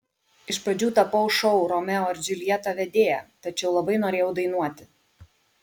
iš pradžių tapau šou romeo ir džiuljeta vedėja tačiau labai norėjau dainuoti